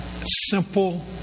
simple